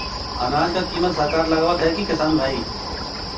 अनाज क कीमत सरकार लगावत हैं कि किसान भाई?